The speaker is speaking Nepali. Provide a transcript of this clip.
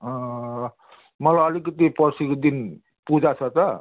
मलाई अलिकति पर्सिको दिन पूजा छ त